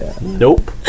Nope